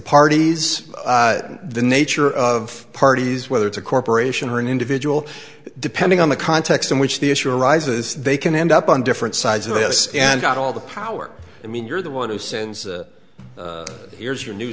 parties the nature of parties whether it's a corporation or an individual depending on the context in which the issue arises they can end up on different sides of this and not all the power i mean you're the one who sins here's your new